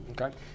okay